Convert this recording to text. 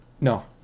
No